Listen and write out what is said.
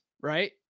right